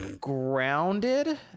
Grounded